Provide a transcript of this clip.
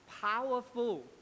Powerful